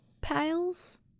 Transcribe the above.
piles